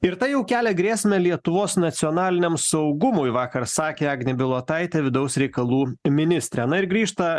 ir tai jau kelia grėsmę lietuvos nacionaliniam saugumui vakar sakė agnė bilotaitė vidaus reikalų ministrė na ir grįžta